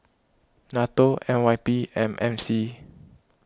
Nato N Y P and M C